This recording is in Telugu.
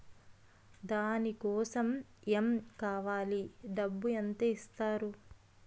దాని కోసం ఎమ్ కావాలి డబ్బు ఎంత ఇస్తారు?